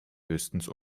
höchstens